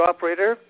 Operator